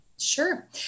Sure